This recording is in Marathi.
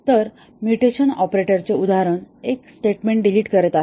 तर म्युटेशन ऑपरेटरचे उदाहरण एक स्टेटमेंट डिलीट करत आहे